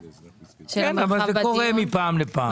כן, אבל זה קורה מפעם לפעם.